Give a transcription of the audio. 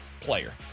player